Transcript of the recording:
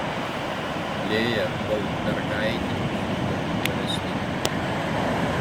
lėja goldbergaitė išvyko į palestiną